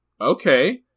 okay